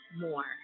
more